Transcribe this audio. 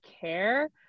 care